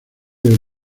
del